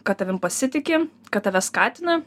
kad tavim pasitiki kad tave skatina